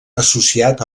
associat